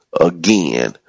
again